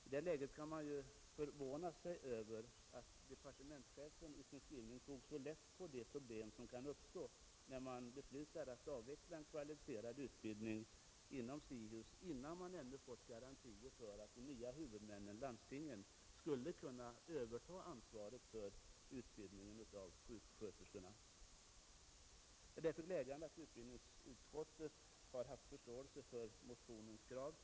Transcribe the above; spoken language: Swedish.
I det läget är det förvånande att departementschefen i sin skrivning har tagit så lätt på de problem som kan uppstå när man beslutar att avveckla en kvalificerad utbildning inom SIHUS, innan man ännu fått garantier för att de nya huvudmännen, landstingen, skulle kunna överta ansvaret för utbildningen av sjuksköterskorna. Det är därför glädjande att utbildningsutskottet har haft förståelse för motionens krav.